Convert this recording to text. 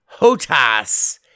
Hotas